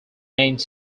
name